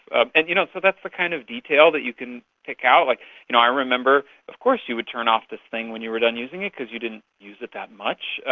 ah and you know so that's the kind of detail that you can pick out. like you know, i remember of course you would turn off this thing when you were done using it because you didn't use it that much.